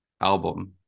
album